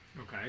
Okay